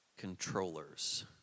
controllers